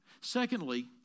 Secondly